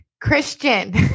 Christian